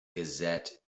gazette